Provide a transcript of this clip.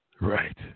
Right